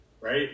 right